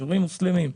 יישובים מוסלמיים,